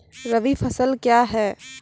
रबी फसल क्या हैं?